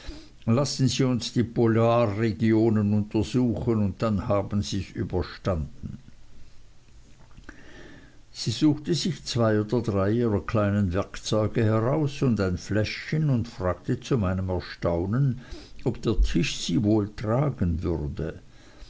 lassen sie uns die polarregionen untersuchen und dann haben sies überstanden sie suchte sich zwei oder drei ihrer kleinen werkzeuge heraus und ein fläschchen und fragte zu meinem erstaunen ob der tisch sie wohl tragen würde